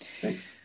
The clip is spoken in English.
Thanks